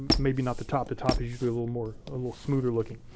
maybe not the top, the top is usually a little more, a little smoother looking.